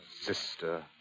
sister